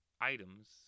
items